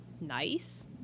nice